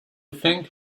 think